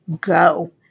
go